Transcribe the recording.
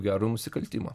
gerą nusikaltimą